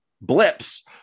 blips